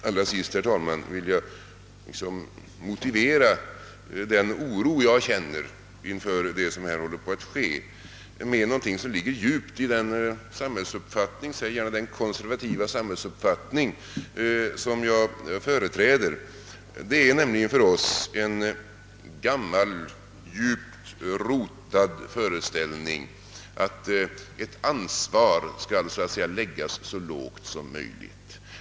Allra sist vill jag motivera en oro jag känner inför det som här håller på att hända. Djupt i den — säg gärna konservativa — samhällsuppfattning jag företräder ligger vår fast rotade föreställning att ansvaret så att säga skall placeras så lågt som möjligt.